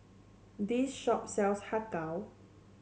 this shop sells Har Kow